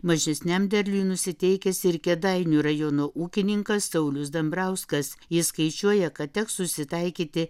mažesniam derliui nusiteikęs ir kėdainių rajono ūkininkas saulius dambrauskas jis skaičiuoja kad teks susitaikyti